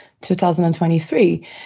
2023